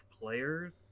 players